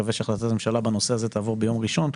אני מקווה שהחלטת הממשלה בנושא הזה תעבור ביום ראשון,